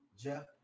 Jeff